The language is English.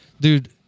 dude